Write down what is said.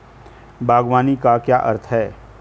बागवानी का क्या अर्थ है?